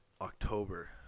October